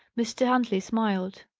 mr. huntley smiled.